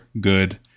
good